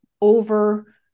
over